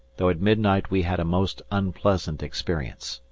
though at midnight we had a most unpleasant experience.